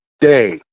day